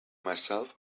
myself